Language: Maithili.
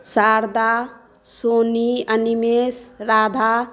शारदा सोनी अनिमेष राधा